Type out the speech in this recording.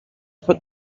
put